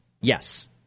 Yes